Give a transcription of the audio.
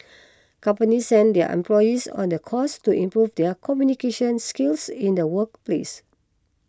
companies send their employees on the course to improve their communication skills in the workplace